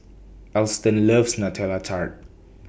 Alston loves Nutella Tart